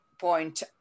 point